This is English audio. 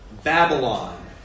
Babylon